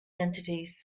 entities